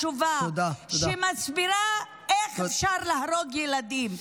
את התשובה שמסבירה איך אפשר להרוג ילדים.